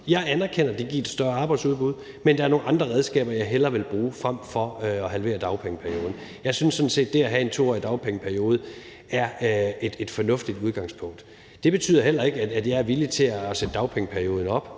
Jeg anerkender, at det giver et større arbejdsudbud, men der er nogle andre redskaber, jeg hellere vil bruge frem for at halvere dagpengeperioden. Jeg synes sådan set, at det at have en 2-årig dagpengeperiode er et fornuftigt udgangspunkt. Det betyder heller ikke, at jeg er villig til at sætte dagpengeperioden op.